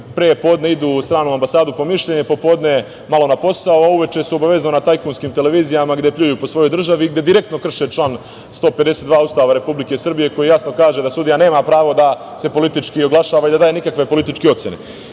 pre podne idu u stranu ambasadu po mišljenje, popodne malo na posao, a uveče su obavezno na tajkunskim televizijama gde pljuju svoju državu, i gde direktno krše član 152. Ustava Republike Srbije, koji jasno kaže da sudija nema pravo da se politički oglašava i da daje nikakve političke ocene. Znamo